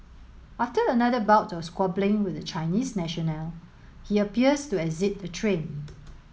after another bout of squabbling with the Chinese national he appears to exit the train